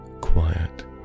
quiet